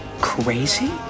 crazy